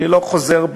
אני לא חוזר בי.